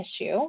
issue